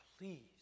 please